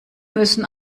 müssen